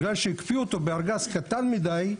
בגלל שהקפיאו אותו בארגז קטן מידי,